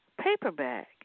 paperback